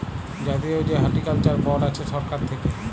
জাতীয় যে horticulture board আছে সরকার থাক্যে